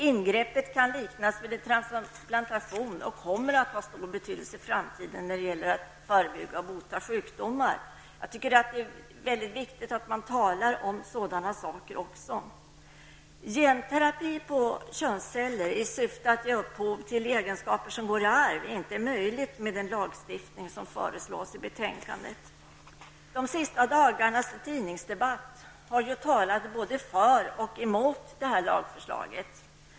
Ingreppet kan liknas vid en transplantation och kommer att ha en stor betydelse i framtiden när det gäller att förebygga och bota sjukdomar. Det är väldigt viktigt att det talas om sådana saker också. Genterapi på könsceller i syfte att ge upphov till egenskaper som går i arv är inte möjlig med den lagstiftning som föreslås i betänkandet. De senaste dagarnas tidningsdebatt har talat både för och emot detta lagförslag.